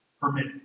permit